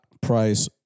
price